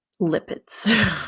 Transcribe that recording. lipids